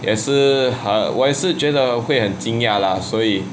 也是很我也是觉得会很惊讶啦所以:ye shi hen wo ye shi jue de hui hen jingg ya la suo yi